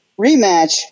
rematch